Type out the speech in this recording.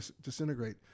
disintegrate